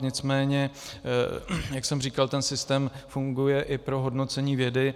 Nicméně, jak jsem říkal, ten systém funguje i pro hodnocení vědy.